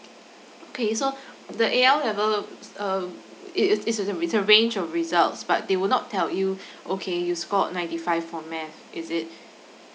okay so the A_L level um it is it's it's a range of results but they will not tell you okay you score ninety five for math is it